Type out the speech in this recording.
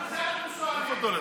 גם, אתם שואלים.